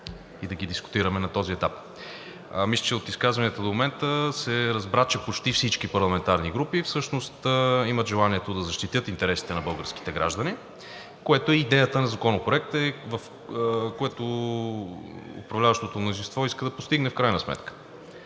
и да ги дискутираме на този етап. Мисля, че от изказванията до момента се разбра, че почти всички парламентарни групи всъщност имат желанието да защитят интересите на българските граждани, което е и идеята на Законопроекта, което управляващото мнозинство иска да постигне в крайна сметка.